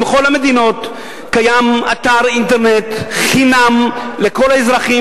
בכל המדינות קיים אתר אינטרנט חינם לכל האזרחים,